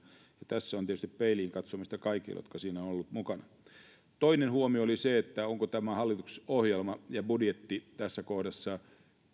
tässä on tietysti peiliin katsomista kaikilla jotka siinä ovat olleet mukana toinen huomio oli se ovatko hallitusohjelma ja budjetti tässä kohdassa